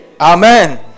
Amen